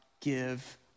give